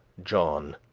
john,